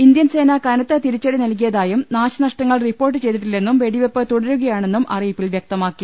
Indian സേന കനത്ത തിരിച്ചടി നൽകിയതായും നാശനഷ്ടങ്ങൾ റിപ്പോർട്ട് ചെയ്തിട്ടില്ലെന്നും വെടിവെപ്പ് തുടരുകയാണെന്നും അറിയിപ്പിൽ വൃക്ത മാക്കി